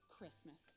Christmas